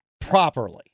properly